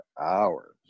hours